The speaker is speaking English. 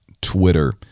Twitter